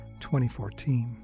2014